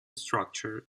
structure